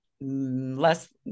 less